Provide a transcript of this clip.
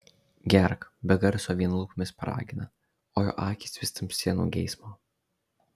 gerk be garso vien lūpomis paragina o jo akys vis tamsėja nuo geismo